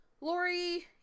Lori